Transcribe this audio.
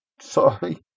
sorry